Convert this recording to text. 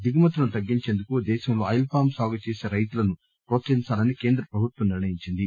దిగుమతులను తగ్గించేందుకు దేశంలో ఆయిల్ పామ్ సాగు చేసి రైతులను ప్రోత్సహించాలని కేంద్ర ప్రభుత్వం నిర్ణయించింది